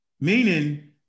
Meaning